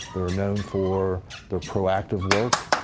they're known for their proactive work,